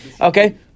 Okay